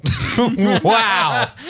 Wow